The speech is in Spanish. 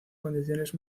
condiciones